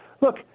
Look